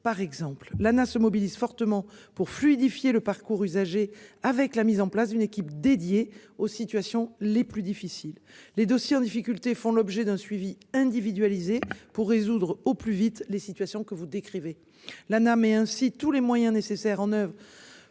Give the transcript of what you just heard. par exemple l'se mobilisent fortement pour fluidifier le parcours usagers avec la mise en place d'une équipe dédiée aux situations les plus difficiles, les dossiers en difficulté font l'objet d'un suivi individualisé pour résoudre au plus vite les situations que vous décrivez la mais ainsi tous les moyens nécessaires en oeuvre.